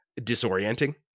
disorienting